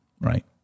right